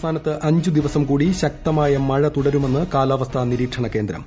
സംസ്ഥാനത്ത് അഞ്ചു ദിവസം കൂടി ശക്തമായ മഴ ന് തുടരുമെന്ന് കാലാവസ്ഥാ നിരീക്ഷണ കേന്ദ്രം